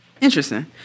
Interesting